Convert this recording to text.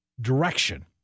direction